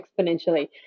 exponentially